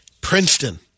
Princeton